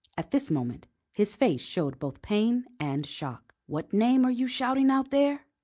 at this moment his face showed both pain and shock. what name are you shouting out there?